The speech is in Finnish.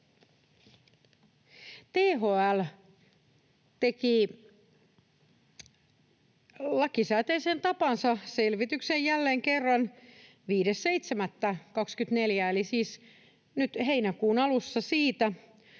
THL teki lakisääteiseen tapaansa selvityksen jälleen kerran — 5.7.24 eli nyt heinäkuun alussa — siitä,